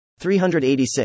386